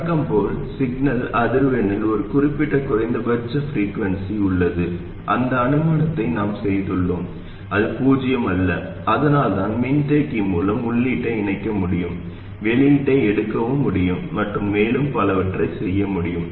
வழக்கம் போல் சிக்னல் அதிர்வெண்ணில் ஒரு குறிப்பிட்ட குறைந்தபட்சம் பிரிகுவன்சீ உள்ளது என்ற அனுமானத்தை நாம் செய்துள்ளோம் அது பூஜ்ஜியம் அல்ல அதனால்தான் மின்தேக்கி மூலம் உள்ளீட்டை இணைக்க முடியும் வெளியீட்டை எடுக்கவும் முடியும் மற்றும் மேலும் பலவற்றை செய்ய முடியும்